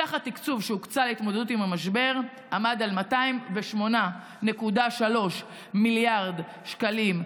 סך התקציב שהוקצה להתמודדות עם המשבר עמד על 208.3 מיליארד שקלים,